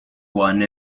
one